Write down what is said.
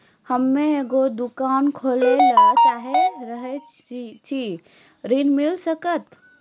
हम्मे एगो दुकान खोले ला चाही रहल छी ऋण मिल सकत?